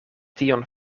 tion